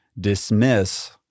dismiss